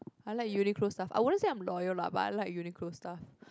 I like Uniqlo stuff I wouldn't said I am loyal lah but I like Uniqlo stuff